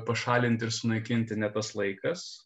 pašalinti ir sunaikinti ne tas laikas